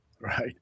Right